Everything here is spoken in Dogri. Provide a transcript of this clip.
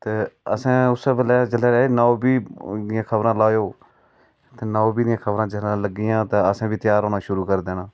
असैं उसै बेल्लै जिसलै नौ बीं दियां खबरै लायो नौ बीं दियां जिसलै खबरैं लग्गिआं असैं बी त्यार होना शूरू होई जाना